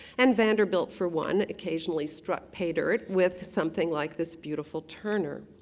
and vanderbilt for one, occasionally struck paydirt with something like this beautiful turner.